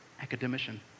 academician